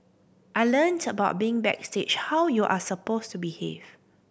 I learnt about being backstage how you are supposed to behave